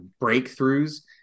breakthroughs